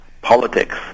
politics